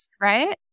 right